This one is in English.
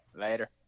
later